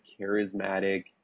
charismatic